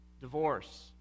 divorce